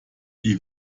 die